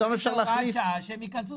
ההוראה הייתה שהם ייכנסו,